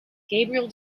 gabriel